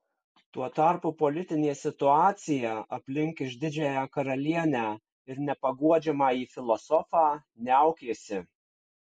tuo tarpu politinė situacija aplink išdidžiąją karalienę ir nepaguodžiamąjį filosofą niaukėsi